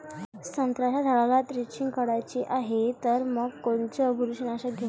संत्र्याच्या झाडाला द्रेंचींग करायची हाये तर मग कोनच बुरशीनाशक घेऊ?